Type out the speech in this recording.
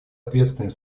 ответственной